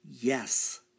Yes